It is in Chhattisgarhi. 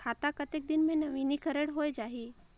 खाता कतेक दिन मे नवीनीकरण होए जाहि??